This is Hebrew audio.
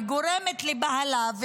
וגורמת לבהלה,